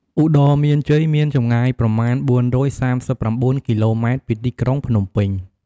ឧត្តរមានជ័យមានចម្ងាយប្រមាណ ៤៣៩ គីឡូម៉ែត្រពីទីក្រុងភ្នំពេញ។